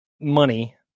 money